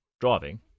Driving